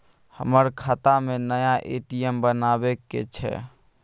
हमर खाता में नया ए.टी.एम बनाबै के छै?